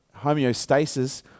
homeostasis